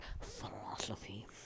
philosophy